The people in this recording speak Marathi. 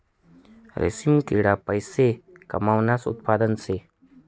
रेशीम किडा पैसा कमावानं उत्पादन शे